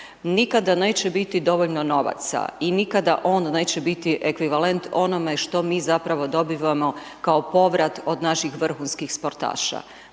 nikada neće biti dovoljno novaca i nikada on neće biti ekvivalent onome što mi zapravo dobivamo kao povrat od naših vrhunskih sportaša,